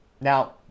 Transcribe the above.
Now